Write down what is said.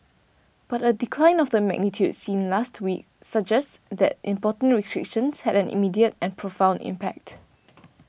but a decline of the magnitude seen last week suggests that import restrictions had an immediate and profound impact